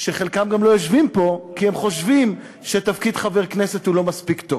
שחלקם גם לא יושבים פה כי הם חושבים שתפקיד חבר כנסת הוא לא מספיק טוב,